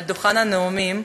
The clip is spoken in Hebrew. על דוכן הנואמים,